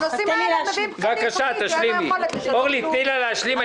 אורלי לוי אבקסיס, תני לה להשלים.